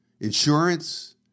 insurance